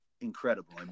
incredible